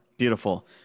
Beautiful